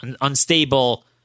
unstable